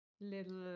little